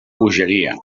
bogeria